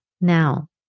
now